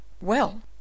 Well